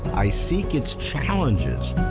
i seek its challenges.